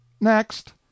Next